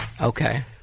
Okay